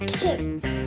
kids